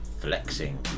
flexing